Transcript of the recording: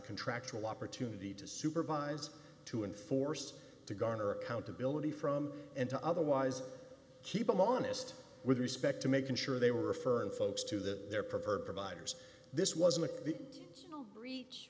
contractual opportunity to supervise to enforce to garner accountability from and to otherwise keep them honest with respect to making sure they were referring folks to that their preferred providers this wasn't